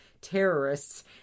Terrorists